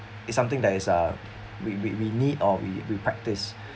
is something that is uh we we we need or we we practice